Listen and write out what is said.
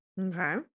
Okay